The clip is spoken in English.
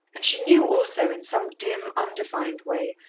and she knew also, in some dim, undefined way,